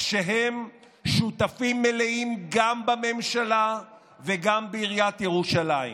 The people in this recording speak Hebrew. כשהם שותפים מלאים גם בממשלה וגם בעיריית ירושלים.